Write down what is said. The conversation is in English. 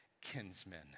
kinsmen